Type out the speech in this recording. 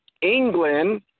England